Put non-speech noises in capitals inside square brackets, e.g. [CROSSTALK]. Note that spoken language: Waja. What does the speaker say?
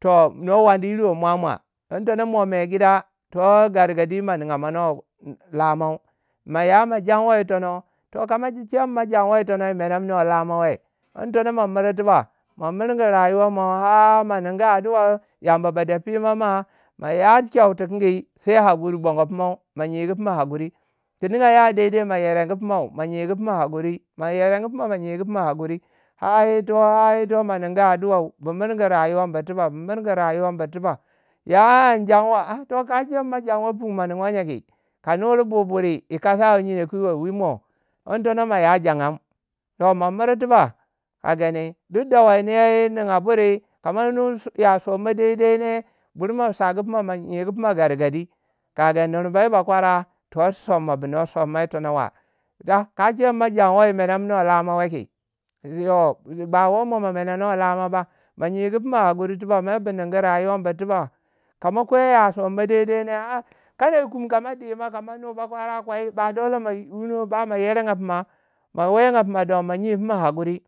toh no wandiyirwai mwamwa. don tono mo mai gida toh gargadi pima ningu [UNINTELLIGIBLE] maya ma janwa yi tono. toh ka mache kin mai janwa yitono wu menemmwe lamau we?don tono ma miringi tiba ma miringu rayuwa mo har mo ningu adduai Yamba ba dei pima ma [UNINTELLIGIBLE] ma ya chewi tikingi, sai hakuri bono pimau. ma nyigu pima hakuri ti ninga ya daidai mo yerangu pimau. mo nyigu pima hakuri mo yerangu pima mo nyigu pima hakuri har ito- har ito ma ningu addua bu murungu rayuwa bur tiba bu murungu rayuwa bur tiba [UNINTELLIGIBLE] ma janwa funu ma ningwa nye ki? ka nuri bwui buri yi kasangu nyeno ki yo. wi mo don tono mo ya jangan. Toh ma miri tiba ka gani. duk dawainiya wu yi ninga buri [UNINTELLIGIBLE] ya sonmmo dai dai ne. bur ma sagu pima ma nyigu pima gargadi ka gan. nurba yi bakwara. toh sonmo bu no sonmmo yi tono wa. Ka ma chei kun ma janwai. wu menanmuwei lamo ki. yo ba wo mo mo menanui lammo ba. Mo nyigu pima hakuri tiba, mer bu ningu rayuwa bur tiba. Ka mo kwei ya somma dai dai nei a, kar yi kuma ka ma dima ka ma nui bakwara kwei. ba dole mo wuno ba mo yeranga pima. mo yeranga don, ma nyiu pima hakuri.